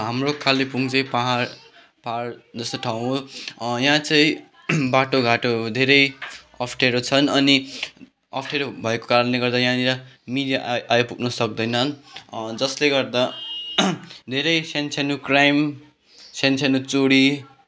हाम्रो कालेबुङ चाहिँ पाहाड पाहाड जस्तो ठाउँ हो यहाँ चाहिँ बाटो घाटो धेरै अप्ठ्यारो छन् अनि अप्ठ्यारो भएको कारणले गर्दा यहाँनिर मिडिया आइपुग्नु सक्दैनन् जसले गर्दा धेरै सानो सानो क्राइम सानो सानो चोरी